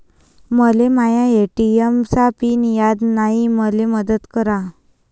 मले माया ए.टी.एम चा पिन याद नायी, मले मदत करा